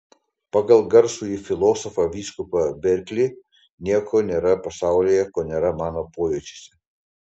pagal garsųjį filosofą vyskupą berklį nieko nėra pasaulyje ko nėra mano pojūčiuose